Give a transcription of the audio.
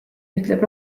ütleb